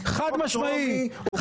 חד משמעי.